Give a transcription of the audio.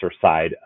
side